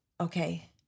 okay